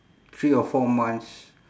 three or four months